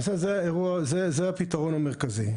זה הפתרון המרכזי.